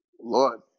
Lord